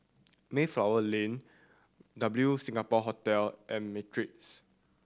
Mayflower Lane W Singapore Hotel and Matrix